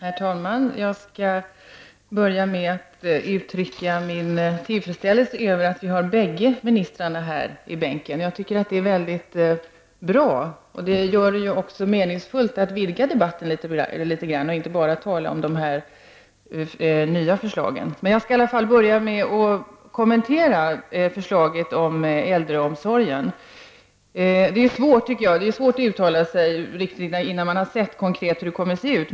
Herr talman! Jag skall börja med att uttrycka min tillfredsställelse över att vi har bägge ministrarna här i kammaren. Jag tycker att det är väldigt bra, och det gör det också meningsfullt att vidga debatten litet grand och inte bara tala om de nya förslagen. Jag skall i alla fall börja med att kommentera förslaget om äldreomsorgen. Det är svårt att uttala sig innan man sett hur förslaget konkret ser ut.